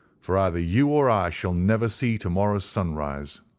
for either you or i shall never see to-morrow's sun rise